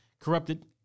corrupted